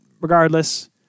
regardless